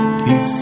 keep